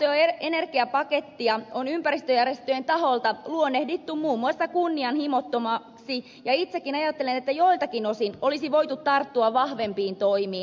ilmasto ja energiapakettia on ympäristöjärjestöjen taholta luonnehdittu muun muassa kunnianhimottomaksi ja itsekin ajattelen että joiltakin osin olisi voitu tarttua vahvempiin toimiin